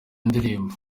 ndirimbo